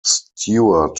stuart